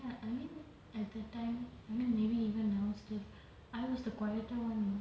I I mean at that time may~ maybe even now still I was the quieter one